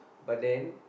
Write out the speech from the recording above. but then